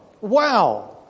Wow